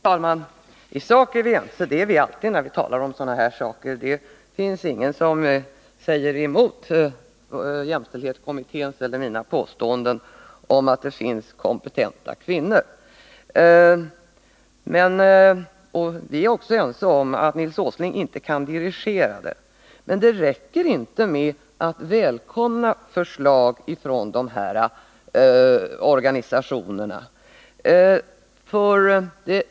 Herr talman! I sak är vi ense. Det är vi alltid när vi talar om sådana här saker. Det finns ingen som säger emot jämställdhetskommitténs eller mina påståenden att det finns kompetenta kvinnor. Vi är också ense om att Nils Åsling inte kan dirigera personvalen. Men det räcker inte med att välkomna förslag från de berörda organen.